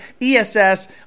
ESS